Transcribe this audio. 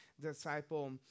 disciple